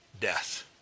death